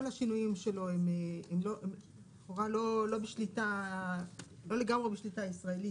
כל השינויים שלו הם לכאורה לא לגמרי בשליטה ישראלית,